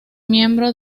miembro